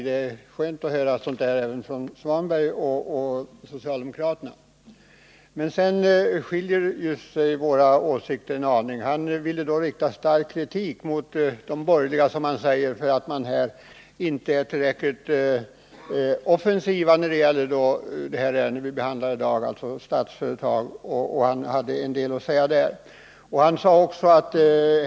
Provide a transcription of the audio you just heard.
Det är skönt att höra sådant även från herr Svanberg och andra socialdemokrater. Men sedan skiljer sig våra åsikter åt en aning. Han ville rikta stark kritik mot de borgerliga partierna för att dessa inte är tillräckligt offensiva när det gäller det ärende vi i dag behandlar, nämligen frågan om kapitaltillskott till Statsföretag, och han hade en del att säga på den punkten.